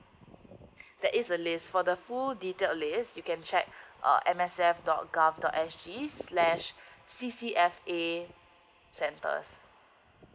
oh there is a list for the full detailed list you can check uh at M S F dot gov dot sg slash c c f a centers